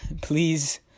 please